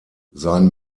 sein